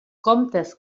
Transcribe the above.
comptes